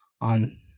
on